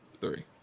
Three